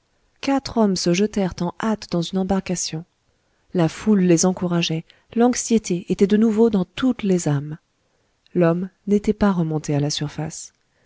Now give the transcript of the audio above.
quatre hommes se jetèrent en hâte dans une embarcation la foule les encourageait l'anxiété était de nouveau dans toutes les âmes l'homme n'était pas remonté à la surface